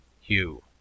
Hugh